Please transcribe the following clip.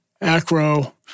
Acro